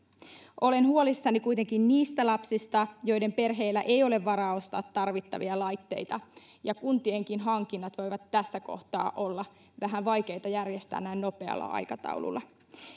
olen huolissani kuitenkin niistä lapsista joiden perheillä ei ole varaa ostaa tarvittavia laitteita ja kuntienkin hankinnat voivat tässä kohtaa olla vähän vaikeita järjestää näin nopealla aikataululla